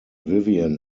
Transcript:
vivian